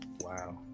Wow